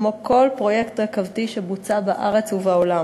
כמו בכל פרויקט רכבתי שבוצע בארץ ובעולם,